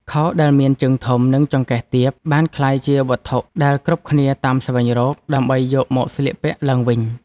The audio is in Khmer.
ខោដែលមានជើងធំ និងចង្កេះទាបបានក្លាយជាវត្ថុដែលគ្រប់គ្នាតាមស្វែងរក ដើម្បីយកមកស្លៀកពាក់ឡើងវិញ។